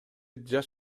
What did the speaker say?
жаш